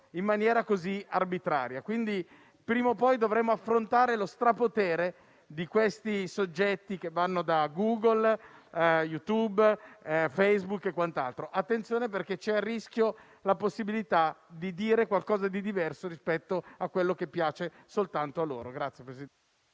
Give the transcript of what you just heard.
in maniera così arbitraria. Prima o poi dovremo affrontare lo strapotere di soggetti come Google, YouTube, Facebook e quant'altro. Attenzione, perché è a rischio la possibilità di dire qualcosa di diverso rispetto a quello che piace soltanto a loro. **Atti e documenti,